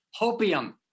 hopium